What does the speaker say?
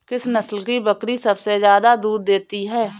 किस नस्ल की बकरी सबसे ज्यादा दूध देती है?